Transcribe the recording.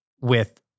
with-